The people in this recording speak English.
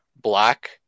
black